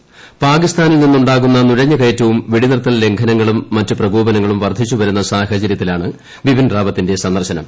ക്ടാകിസ്ഥാനിൽ നിന്ന് ഉണ്ടാകുന്ന നുഴഞ്ഞു കയറ്റവും വെടിനിർത്തൽ ലംഘനങ്ങളും മറ്റു പ്രകോപനങ്ങളും വർദ്ധിച്ചു വരുന്ന സാഹചരൃത്തിലാണ് ബിപിൻ റാവത്തിന്റെ സന്ദർശനം